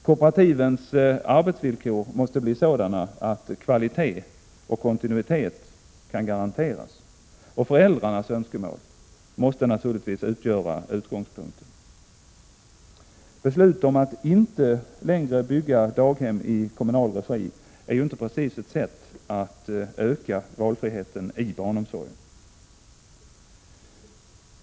Kooperativens arbetsvillkor måste bli sådana att kvaliteten och kontinuiteten kan garanteras. Föräldrarnas önskemål måste naturligtvis utgöra utgångspunkten. Beslut om att inte längre bygga daghem i kommunal regi är inte precis ett sätt att öka valfriheten i barnomsorgen.